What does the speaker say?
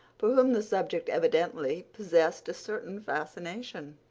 for whom the subject evidently possessed a certain fascination.